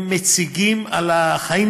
הם מציגים על החיים